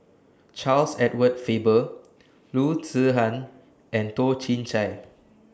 Charles Edward Faber Loo Zihan and Toh Chin Chye